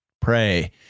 pray